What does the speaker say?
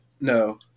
no